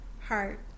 heart